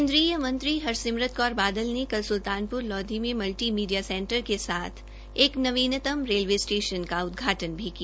केन्द्रीय मंत्री हरसिमरत कौर बादल ने कल सुल्तानपुर लोधी में मल्टी मीडिया सेंटर के साथ एक नवीनतम रेलवे स्टेशन का उदघाटन भी किया